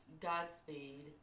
Godspeed